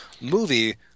movie